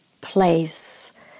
place